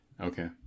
okay